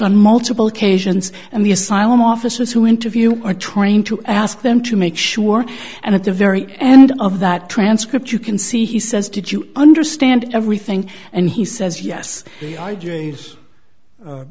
on multiple occasions and the asylum officers who interview are trying to ask them to make sure and at the very end of that transcript you can see he says did you understand everything and he says yes